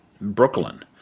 Brooklyn